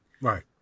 Right